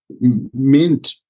Mint